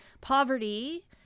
poverty